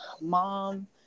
mom